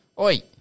Oi